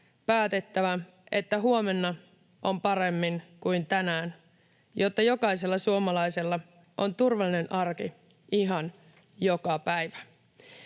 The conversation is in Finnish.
päätettävä, että huomenna on paremmin kuin tänään, jotta jokaisella suomalaisella on turvallinen arki ihan joka päivä.